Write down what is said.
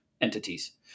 entities